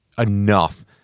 enough